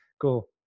Cool